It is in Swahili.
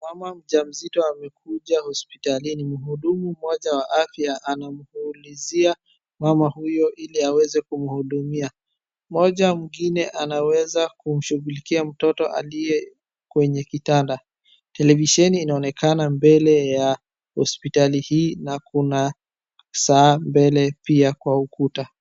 Mama mjamzito amekuja hospitalini, mhudumu mmoja wa afya anamuulizia mama huyo ili aweze kumhudumia. Mmoja mwingine anaweza kumshighulikia mtoto aliye kwenye kitanda, televisheni inaonekana mbele ya hospitali hii na kuna saa mbele pia kwa ukuta.